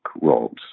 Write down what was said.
roles